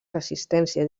resistència